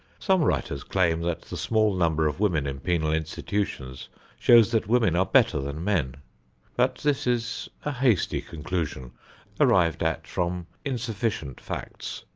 some writers claim that the small number of women in penal institutions shows that women are better than men but this is a hasty conclusion arrived at from insufficient facts.